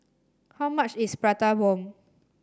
how much is Prata Bomb